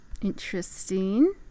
Interesting